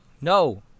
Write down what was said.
no